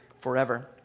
forever